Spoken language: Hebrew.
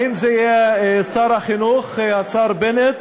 האם זה יהיה שר החינוך, השר בנט,